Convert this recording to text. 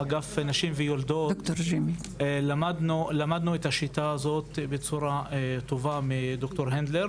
באגף נשים ויולדות למדנו את השיטה הזאת בצורה טובה מדר' הנדלר